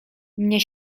mnie